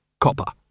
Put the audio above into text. Copper